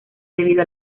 debido